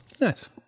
Nice